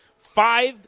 five